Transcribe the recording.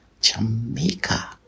Jamaica